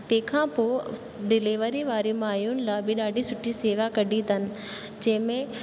तंहिंखां पोइ डिलेविरी वारी माइयुनि लाइ बि ॾाढी सुठी शेवा कढी अथनि जंहिंमें